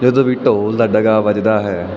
ਜਦੋਂ ਵੀ ਢੋਲ ਦਾ ਡਗਾ ਵੱਜਦਾ ਹੈ